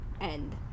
end